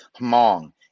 Hmong